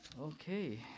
Okay